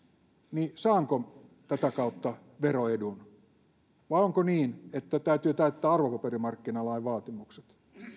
niin saanko tätä kautta veroedun vai onko niin että täytyy täyttää arvopaperimarkkinalain vaatimukset